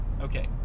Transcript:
Okay